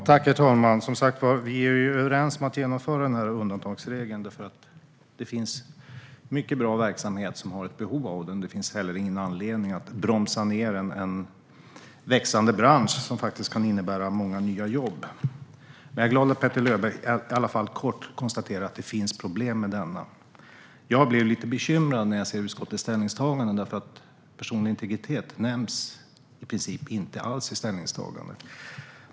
Herr talman! Vi är som sagt överens om att genomföra denna undantagsregel, för det finns många bra verksamheter som har ett behov av den, och det finns ingen anledning att bromsa ned en växande bransch som kan innebära många nya jobb. Men jag är glad att Petter Löberg i alla fall kort konstaterar att det finns problem med den. Jag blir lite bekymrad när jag ser utskottets ställningstagande, därför att personlig integritet nämns i princip inte alls där.